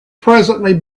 presently